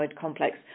complex